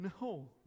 No